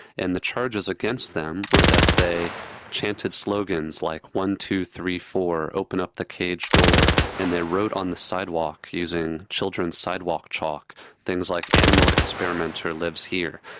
and the charges against them were that they chanted slogans like, zero one two three four, open up the cage door', and they wrote on the sidewalk using children's sidewalk chalk things like, animal experimenter lives here.